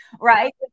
right